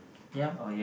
yup